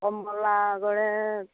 কমলা গড়ে